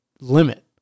limit